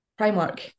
Primark